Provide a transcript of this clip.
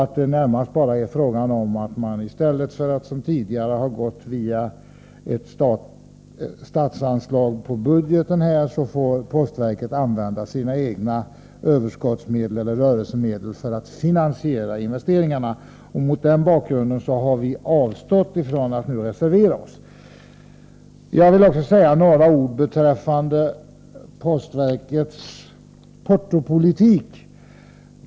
Det är närmast fråga om att postverket, i stället för att som tidigare få ett statligt anslag via budgeten, får använda sina egna överskottsmedel eller rörelsemedel för att finansiera investeringarna. Mot den bakgrunden har vi avstått från att nu reservera OSS. Jag vill också säga några ord beträffande postverkets portopolitik.